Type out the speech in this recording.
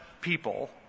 people